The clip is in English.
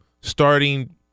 starting